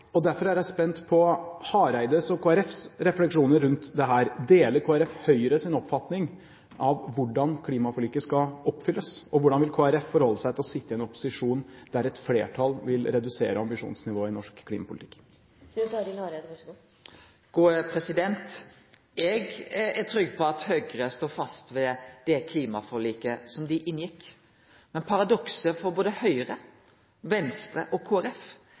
og derfor er jeg spent på Hareides og Kristelig Folkepartis refleksjoner rundt dette. Deler Kristelig Folkeparti Høyres oppfatning av hvordan klimaforliket skal oppfylles? Og hvordan vil Kristelig Folkeparti forholde seg til å sitte i en opposisjon der et flertall vil redusere ambisjonsnivået i norsk klimapolitikk? Eg er trygg på at Høgre står fast ved det klimaforliket dei inngjekk, men paradokset for både Høgre, Venstre og